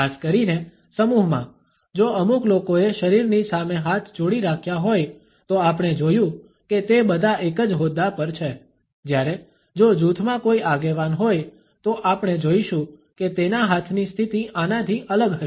ખાસ કરીને સમૂહમાં જો અમુક લોકોએ શરીરની સામે હાથ જોડી રાખ્યા હોય તો આપણે જોયું કે તે બધા એક જ હોદ્દા પર છે જ્યારે જો જૂથમાં કોઈ આગેવાન હોય તો આપણે જોઇશું કે તેના હાથની સ્થિતિ આનાથી અલગ હશે